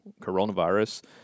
coronavirus